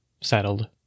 settled